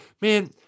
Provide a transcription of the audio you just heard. Man